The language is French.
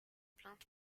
plainte